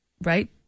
Right